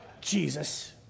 Jesus